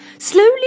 slowly